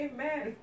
Amen